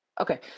Okay